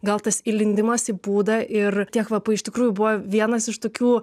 gal tas įlindimas į būdą ir tie kvapai iš tikrųjų buvo vienas iš tokių